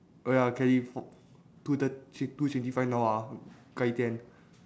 oh ya kelly two thir~ six two sixty five now ah 快点：kuai dian